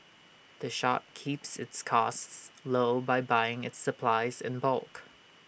the shop keeps its costs low by buying its supplies in bulk